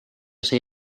see